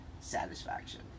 satisfaction